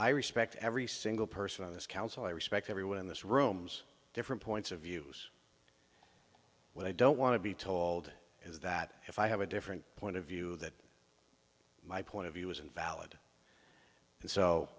i respect every single person on this council i respect everyone in this room's different points of views when i don't want to be told is that if i have a different point of view that my point of view is invalid so